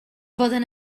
poden